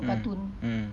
mm mm